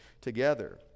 together